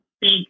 big